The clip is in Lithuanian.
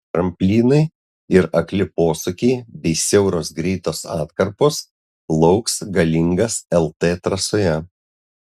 tramplynai ir akli posūkiai bei siauros greitos atkarpos lauks galingas lt trasoje